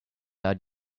out